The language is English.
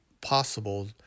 possible